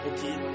Okay